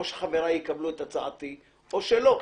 או שחבריי יקבלו את הצעתי או שלא,